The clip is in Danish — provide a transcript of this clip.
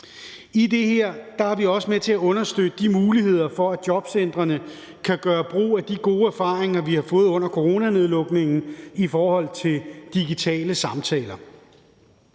det her er vi også med til at understøtte de muligheder for, at jobcentrene kan gøre brug af de gode erfaringer, vi har fået under coronanedlukningen i forhold til digitale samtaler.